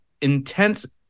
intense